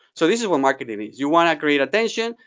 so this is what marketing is. you want to create attention.